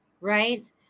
right